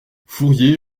fourier